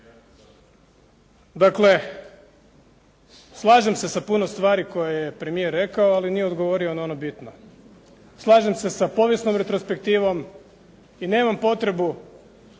Dakle, slažem se sa puno stvari koje je premijer rekao ali nije odgovorio na ono bitno. Slažem se sa povijesnom retrospektivom i nemam potrebu